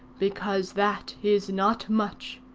because that is not much.